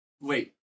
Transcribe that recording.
Wait